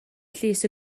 llys